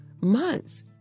months